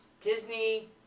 Disney